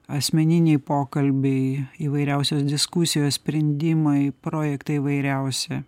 asmeniniai pokalbiai įvairiausios diskusijos sprendimai projektai įvairiausi